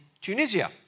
Tunisia